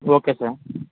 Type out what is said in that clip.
okay sir